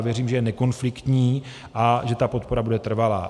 Věřím, že je nekonfliktní a že ta podpora bude trvalá.